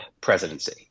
presidency